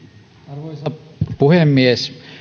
arvoisa puhemies